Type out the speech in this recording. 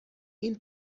این